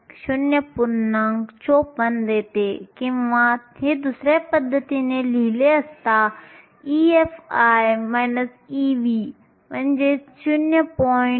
54 देते किंवा हे दुसऱ्या पद्धतीने लिहिले असता EFi Ev 0